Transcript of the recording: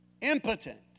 impotent